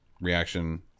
Reaction